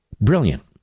brilliant